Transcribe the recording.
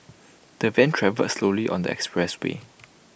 the van travelled slowly on the expressway